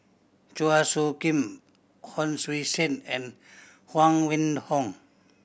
Chua Soo Khim Hon Sui Sen and Huang Wenhong